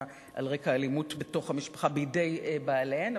על רקע אלימות בתוך המשפחה בידי בעליהן,